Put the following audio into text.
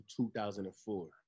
2004